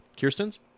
Kirsten's